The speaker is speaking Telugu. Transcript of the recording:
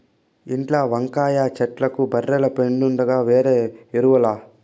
ఇంట్ల వంకాయ చెట్లకు బర్రెల పెండుండగా వేరే ఎరువేల